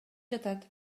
жатат